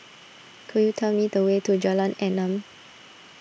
could you tell me the way to Jalan Enam